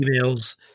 emails